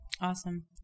Awesome